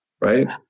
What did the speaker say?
Right